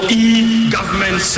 e-government